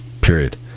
Period